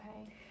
Okay